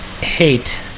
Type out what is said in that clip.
hate